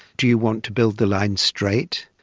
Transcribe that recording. do you want to build the line straight?